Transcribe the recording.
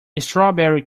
strawberry